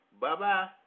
Bye-bye